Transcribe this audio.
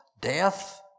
death